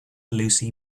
lucy